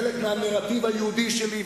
חלק מהנרטיב היהודי שלי,